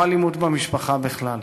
או אלימות במשפחה בכלל.